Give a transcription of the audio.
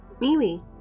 Mimi